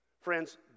Friends